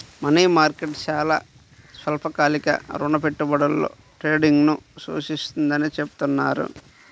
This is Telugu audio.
మనీ మార్కెట్ చాలా స్వల్పకాలిక రుణ పెట్టుబడులలో ట్రేడింగ్ను సూచిస్తుందని చెబుతున్నారు